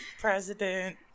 President